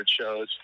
shows